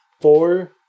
Four